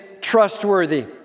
trustworthy